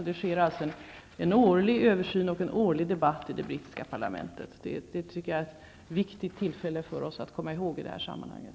Det görs alltså en årlig översyn och förs en debatt i det brittiska parlamentet. Det är viktigt för oss att komma ihåg i det här sammanhanget.